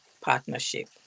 partnership